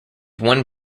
one